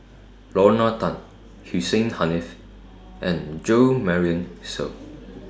Lorna Tan Hussein Haniff and Jo Marion Seow